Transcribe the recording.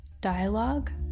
dialogue